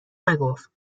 نگفت